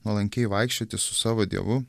nuolankiai vaikščioti su savo dievu